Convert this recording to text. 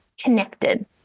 connected